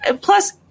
Plus